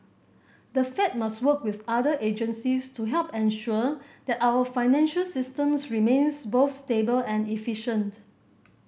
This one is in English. the Fed must work with other agencies to help ensure that our financial systems remains both stable and efficient